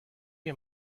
you